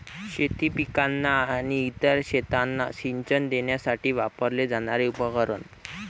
शेती पिकांना आणि इतर शेतांना सिंचन देण्यासाठी वापरले जाणारे उपकरण